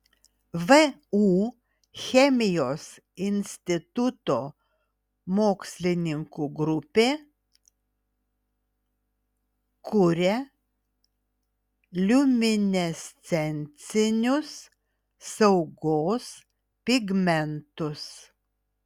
vu chemijos instituto mokslininkų grupė kuria liuminescencinius saugos pigmentus